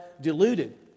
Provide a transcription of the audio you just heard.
deluded